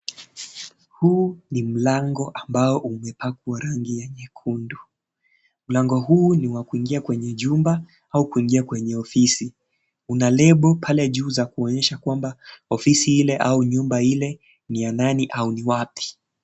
Huu ni mlango ambao umepakwa rangi ya nyekundu. Mlango huu ni wa kuingia kwenye jumba au kuingia kwenye ofisi. Una lebo pale juu za kuonyesha kwamba ofisi ile au nyumba ile ni ya nani au ni wapi.